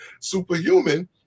superhuman